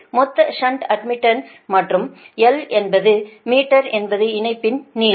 எனவே மொத்த shunt admittance மற்றும் l என்பது மீட்டர் என்பது இணைப்பின் நீளம்